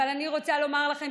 אבל אני רוצה לומר לכם,